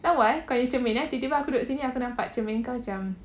lawa eh kau punya cermin eh tiba-tiba aku duduk sini aku nampak cermin kau macam